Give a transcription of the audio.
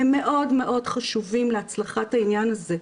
הם מאוד מאוד חשובים להצלחת העניין הזה.